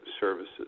services